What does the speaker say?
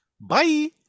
Bye